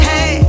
Hey